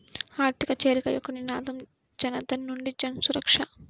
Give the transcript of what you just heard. ఆర్థిక చేరిక యొక్క నినాదం జనధన్ నుండి జన్సురక్ష